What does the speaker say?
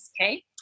okay